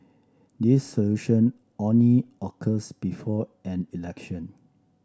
dissolution only occurs before an election